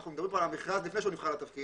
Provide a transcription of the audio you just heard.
אנחנו מדברים פה על מכרז לפני שהוא נבחר לתפקיד